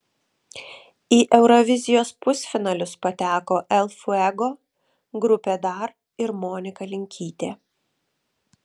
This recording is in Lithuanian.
į eurovizijos pusfinalius pateko el fuego grupė dar ir monika linkytė